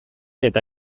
eta